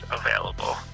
available